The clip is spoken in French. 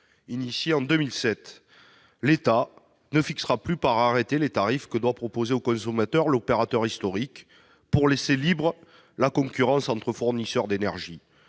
en 2007. L'État ne fixera plus par arrêté les tarifs que doit proposer aux consommateurs l'opérateur historique, pour laisser libre la concurrence entre fournisseurs d'énergie.